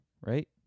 right